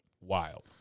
wild